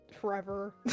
forever